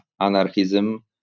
anarchism